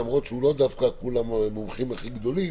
למרות שלא כולם בו הם דווקא המומחים הגדולים,